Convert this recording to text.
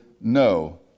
No